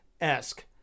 esque